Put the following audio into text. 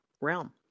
realm